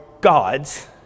God's